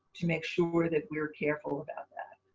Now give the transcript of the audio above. to make sure that we are careful about that.